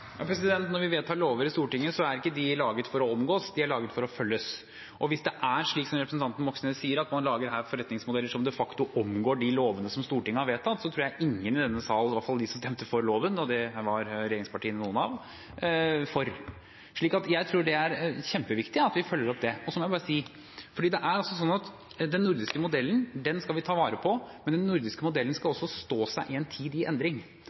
Når Stortinget vedtar lover, er de ikke laget for å omgås, de er laget for å følges. Hvis det er slik som representanten Moxnes sier, at man her lager forretningsmodeller som de facto omgår de lovene som Stortinget har vedtatt, tror jeg ingen i denne sal – i hvert fall de som stemte for loven, og dem var regjeringspartiene noen av – er for det. Så jeg tror det er kjempeviktig at vi følger opp det. Så må jeg bare si at den nordiske modellen skal vi ta vare på, men den nordiske modellen skal også stå seg i en tid i endring.